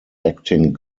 acting